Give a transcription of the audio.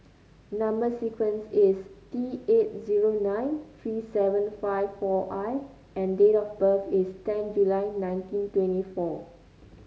number sequence is T eight zero nine three seven five four I and date of birth is ten July nineteen twenty four